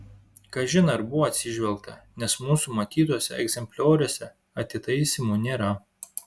kažin ar buvo atsižvelgta nes mūsų matytuose egzemplioriuose atitaisymų nėra